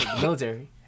military